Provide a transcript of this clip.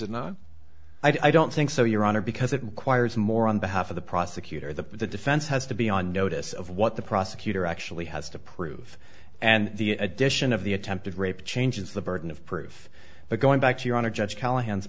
and i don't think so your honor because it requires more on behalf of the prosecutor the defense has to be on notice of what the prosecutor actually has to prove and the addition of the attempted rape changes the burden of proof the going back to your honor judge callahan